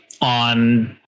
on